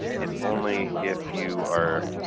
it's only if you are.